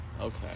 Okay